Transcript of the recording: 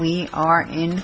we are in